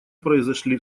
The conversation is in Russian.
произошли